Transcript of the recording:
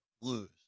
lose